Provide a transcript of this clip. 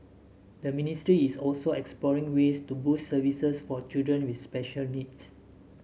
the ministry is also exploring ways to boost services for children with special needs